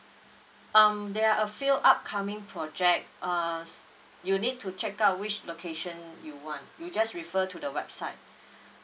um there are a few upcoming project uh you need to check out which location you want you just refer to the website